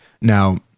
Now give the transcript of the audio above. Now